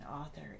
author